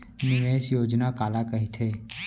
निवेश योजना काला कहिथे?